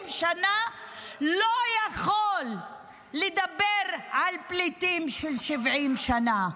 שנה לא יכול לדבר על פליטים של 70 שנה.